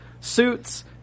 Suits